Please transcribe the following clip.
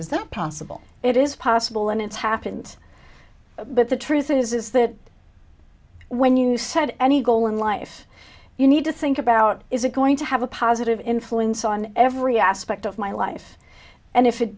is that possible it is possible and it's happened but the truth is is that when you said any goal in life you need to think about is it going to have a positive influence on every aspect of my life and if it